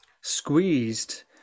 squeezed